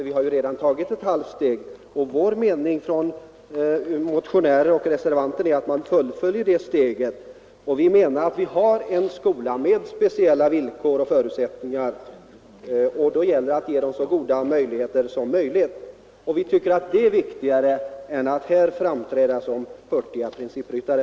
Vi har redan tagit ett halvt steg, och vi — motionärer och reservanter — anser att man bör ta det steget fullt ut. Vi menar att man här har en skola med speciella villkor och förutsättningar och att det gäller att ge den så goda möjligheter som möjligt. Vi tycker att det är viktigare än att här framträda som hurtiga principryttare.